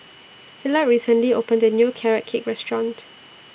Hillard recently opened A New Carrot Cake Restaurant